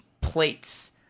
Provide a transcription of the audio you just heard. plates